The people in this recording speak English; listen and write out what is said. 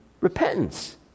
repentance